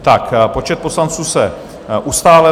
Tak, počet poslanců se ustálil.